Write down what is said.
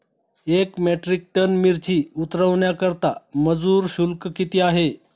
एक metric ton मिरची उतरवण्याकरता मजुर शुल्क किती आहे?